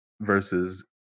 versus